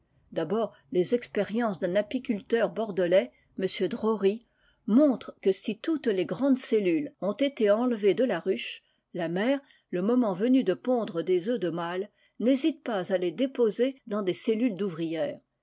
d'abord les expériences d'un apiculteur bordelais m drory montrent que si toutes les grandes cellules ont été enlevées de f he la mère le moment venu de pondre cufs de mâles n'hésite pas à les déposer des cellules d'ouvrières